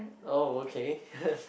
oh okay